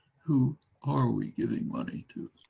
who are we giving money to?